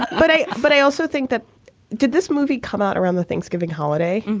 but i but i also think that did this movie come out around the thanksgiving holiday?